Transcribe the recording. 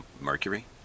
Mercury